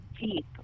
deep